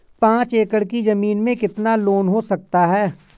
पाँच एकड़ की ज़मीन में कितना लोन हो सकता है?